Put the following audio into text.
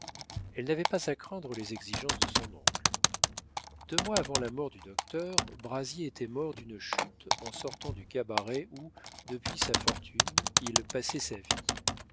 elle n'avait pas à craindre les exigences de son oncle deux mois avant la mort du docteur brazier était mort d'une chute en sortant du cabaret où depuis sa fortune il passait sa vie